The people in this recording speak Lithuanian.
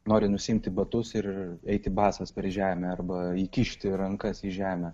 nori nusiimti batus ir eiti basas per žemę arba įkišti rankas į žemę